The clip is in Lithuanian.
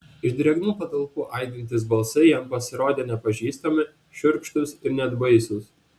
iš drėgnų patalpų aidintys balsai jam pasirodė nepažįstami šiurkštūs ir net baisūs